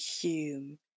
Hume